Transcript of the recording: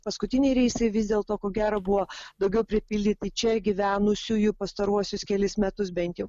paskutiniai reisai vis dėlto ko gero buvo daugiau pripildyti čia gyvenusiųjų pastaruosius kelis metus bent jau